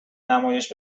نمایش